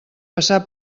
passar